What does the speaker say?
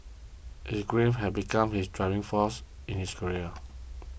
his grief had become his driving force in his career